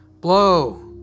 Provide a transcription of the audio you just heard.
blow